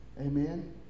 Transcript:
Amen